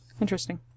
Interesting